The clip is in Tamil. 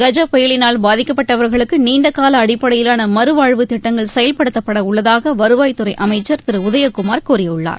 கஜ புயலினால் பாதிக்கப்பட்டவர்களுக்கு நீண்ட கால அடிப்படையிலான மறுவாழ்வு திட்டங்கள் செயல்படுத்தப்பட உள்ளதாக வருவாய் துறை அமைச்சர் திரு உதயகுமார் கூறியுள்ளார்